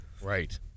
Right